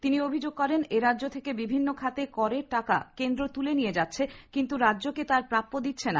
তিনি অভিযোগ করেন এরাজ্য থেকে বিভিন্ন খাতে করের টাকা কেন্দ্র তুলে নিয়ে যাচ্ছে কিন্তু রাজ্যকে তার প্রাপ্য দিচ্ছে না